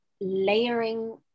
layering